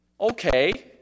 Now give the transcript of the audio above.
okay